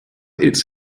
its